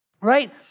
right